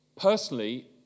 Personally